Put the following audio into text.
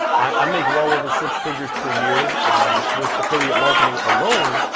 i make well over six figures per year um with affiliate marketing alone,